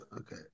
Okay